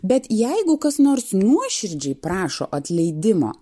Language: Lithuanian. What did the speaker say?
bet jeigu kas nors nuoširdžiai prašo atleidimo